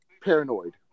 Paranoid